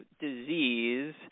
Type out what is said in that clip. disease